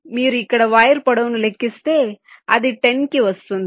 కాబట్టి మీరు ఇక్కడ వైర్ పొడవును లెక్కిస్తే అది 10 కి వస్తుంది